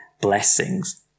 blessings